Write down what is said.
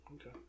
Okay